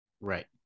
Right